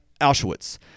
Auschwitz